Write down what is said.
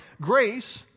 Grace